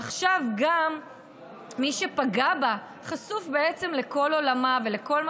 עכשיו גם מי שפגע בה חשוף בעצם לכל עולמה ולכל מה